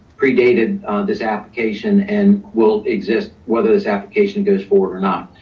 predated this application and will exist, whether this application goes forward or not.